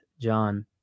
John